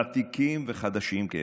ותיקים וחדשים כאחד,